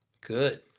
Good